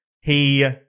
He-